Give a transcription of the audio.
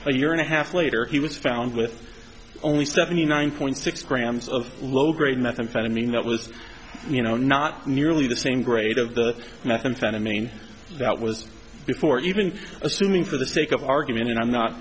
one year and a half later he was found with only seventy nine point six grams of low grade methamphetamine that was you know not nearly the same grade of the methamphetamine that was before even assuming for the sake of argument and i'm not